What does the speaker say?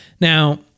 Now